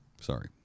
Sorry